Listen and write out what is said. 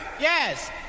Yes